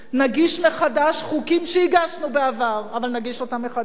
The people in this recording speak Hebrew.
נגיש מחדש חוקים שהגשנו בעבר, אבל נגיש אותם מחדש.